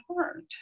heart